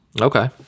Okay